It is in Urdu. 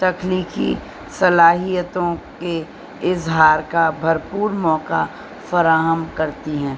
تخلیقی صلاحیتوں کے اظہار کا بھرپور موقع فراہم کرتی ہیں